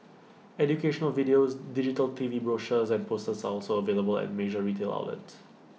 educational videos digital T V brochures and posters are also available at major retail outlets